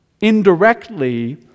Indirectly